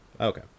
Okay